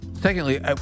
Secondly